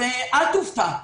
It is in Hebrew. אל תופתע,